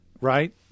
right